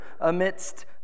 amidst